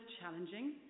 challenging